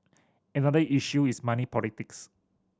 another issue is money politics